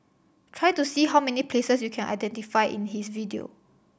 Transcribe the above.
try to see how many places you can identify in his video